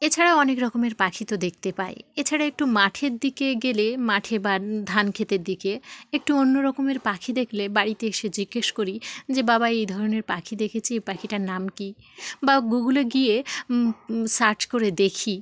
এছাড়া অনেক রকমের পাখি তো দেখতে পাই এছাড়া একটু মাঠের দিকে গেলে মাঠে বা ধান ক্ষেতের দিকে একটু অন্য রকমের পাখি দেখলে বাড়িতে এসে জিজ্ঞেস করি যে বাবা এই ধরনের পাখি দেখেছি এই পাখিটার নাম কী বা গুগলে গিয়ে সার্চ করে দেখি